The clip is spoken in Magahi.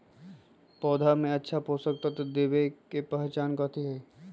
पौधा में अच्छा पोषक तत्व देवे के पहचान कथी हई?